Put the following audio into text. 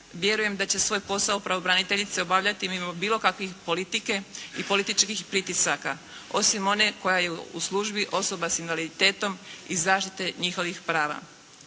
vjerujem da će svoj posao pravobraniteljice obavljati mimo bilo kakve politike i političkih pritisaka, osim one koja je u službi osoba sa invaliditetom i zaštite njihovih prava.